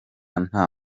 nta